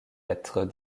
être